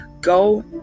Go